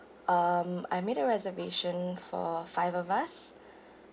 um I made a reservation for five of us